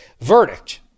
verdict